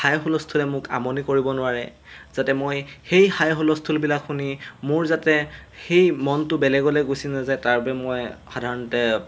হাই হুলস্থুলে মোক আমনি কৰিব নোৱাৰে যাতে মই সেই হাই হুলস্থুলবিলাক শুনি মোৰ যাতে সেই মনটো বেলেগলৈ গুচি নাযায় তাৰবাবে মই সাধাৰণতে